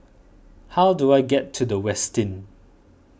how do I get to the Westin